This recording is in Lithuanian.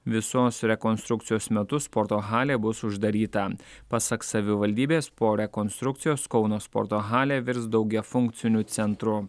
visos rekonstrukcijos metu sporto halė bus uždaryta pasak savivaldybės po rekonstrukcijos kauno sporto halė virs daugiafunkciniu centru